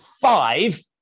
five